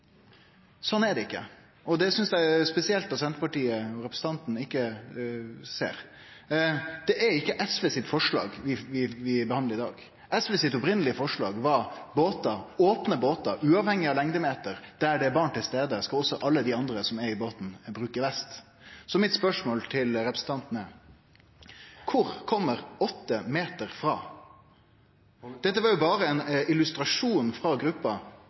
Sånn er det ikkje, og det synest eg er spesielt at senterpartirepresentanten ikkje ser. Det er ikkje SVs forslag vi behandlar i dag. SVs opphavlege forslag var at i opne båtar – uavhengig av lengdemeter – der det er barn til stades, skal også alle dei andre som er i båten, bruke vest. Så mitt spørsmål til representanten er: Kvar kjem åtte meter frå? Dette var jo berre ein illustrasjon frå